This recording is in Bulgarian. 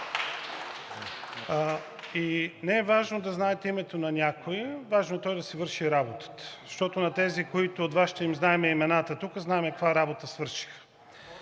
И не е важно да знаете името на някого, важно е той да си върши работата, защото на тези от Вашите, на които им знаем имената тук, знаем каква работа свършиха.